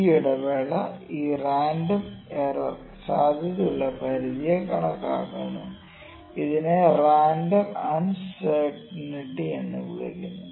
ഈ ഇടവേള ഈ റാൻഡം എററിന്റെ സാധ്യതയുള്ള പരിധിയെ കണക്കാക്കുന്നു ഇതിനെ റാൻഡം അൺസെര്ടിനിറ്റി എന്ന് വിളിക്കുന്നു